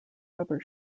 rubber